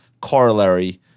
corollary